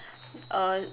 er